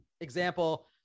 example